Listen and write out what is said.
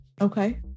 Okay